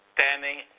standing